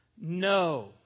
No